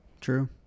True